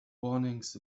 warnings